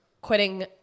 quitting